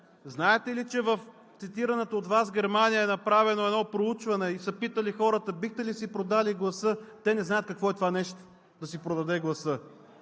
Знаете ли, че в цитираната от Вас Германия е направено едно проучване и са питали хората: бихте ли си продали гласа? Те не знаят какво е това нещо – да си продаде гласа.